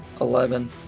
Eleven